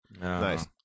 Nice